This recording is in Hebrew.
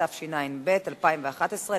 התשע"ב 2011,